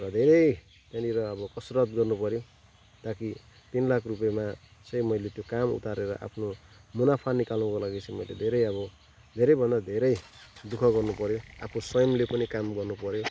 धेरै त्यहाँनिर अब कसरत गर्नु पर्यो ता कि तिन लाख रुपियाँमा चाहिँ मैले त्यो काम उतारेर आफ्नो मुनाफा निकाल्नुको लागि चाहिँ मैले धेरै अब धेरैभन्दा धेरै दु ख गर्नु पर्यो आफू स्वयम्ले पनि काम गर्नुपर्यो